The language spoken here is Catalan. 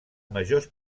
majors